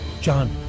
John